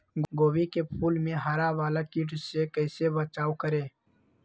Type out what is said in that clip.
गोभी के फूल मे हरा वाला कीट से कैसे बचाब करें?